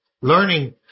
learning